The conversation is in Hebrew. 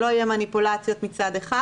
שלא יהיו מניפולציות מצד אחד